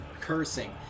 cursing